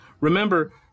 Remember